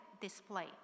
display